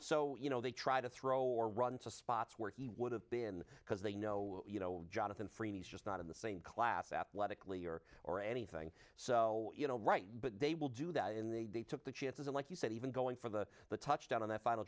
so you know they try to throw or run to spots where he would have been because they know you know jonathan freeman is just not in the same class athletically or or anything so you know right but they will do that in the day took the chances and like you said even going for the the touchdown on the final